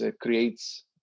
creates